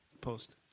post